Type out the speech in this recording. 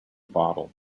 bottle